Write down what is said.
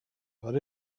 but